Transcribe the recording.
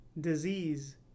disease